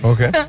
Okay